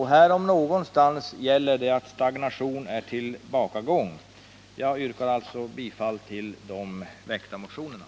Här om någonstans gäller att stagnation är tillbakagång. Jag yrkar alltså bifall till motionerna 543 och 300.